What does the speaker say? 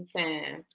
time